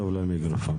הסביבה.